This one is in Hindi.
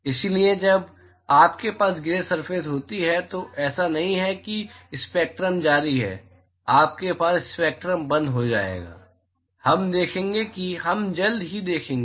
इसलिए जब आपके पास ग्रे सरफेस होती है तो ऐसा नहीं है कि स्पेक्ट्रम जारी है आपके पास स्पेक्ट्रम बंद हो जाएगा हम देखेंगे कि हम जल्द ही देखेंगे